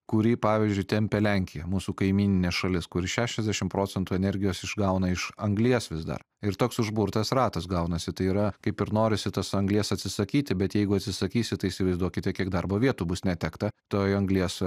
kurį pavyzdžiui tempia lenkija mūsų kaimyninė šalis kuri šešiasdešim procentų energijos išgauna iš anglies vis dar ir toks užburtas ratas gaunasi tai yra kaip ir norisi tos anglies atsisakyti bet jeigu atsisakysi tai įsivaizduokite kiek darbo vietų bus netekta toj anglies